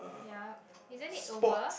ya isn't it over